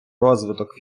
розвиток